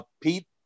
Pete